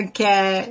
Okay